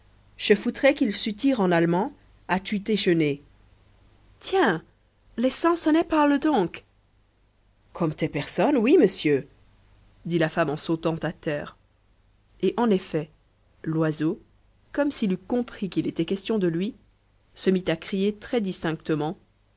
je voudrais qu'il sût dire en allemand as-tu déjeuné tiens les sansonnets parlent donc comme des personnes oui monsieur dit la femme en sautant à terre et en effet l'oiseau comme s'il eût compris qu'il était question de lui se mit à crier